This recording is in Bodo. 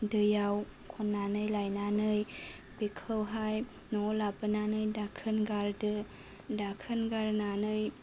दैयाव खन्नानै लायनानै बेखौहाय न'आव लाबोनानै दाखोन गारदो दाखोन गारनानै